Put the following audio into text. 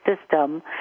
system